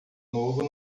novo